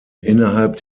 innerhalb